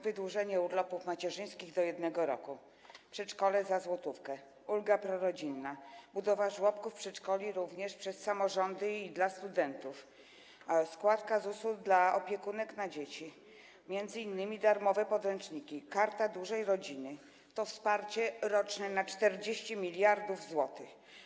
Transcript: Wydłużenie urlopów macierzyńskich do 1 roku, przedszkole za złotówkę, ulga prorodzinna, budowa żłobków, przedszkoli również przez samorządy i dla studentów, składka ZUS-u dla opiekunek na dzieci, m.in. darmowe podręczniki, Karta Dużej Rodziny - to wsparcie roczne na 40 mld zł.